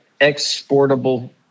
exportable